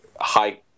high